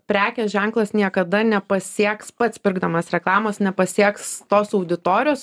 prekės ženklas niekada nepasieks pats pirkdamas reklamos nepasieks tos auditorijos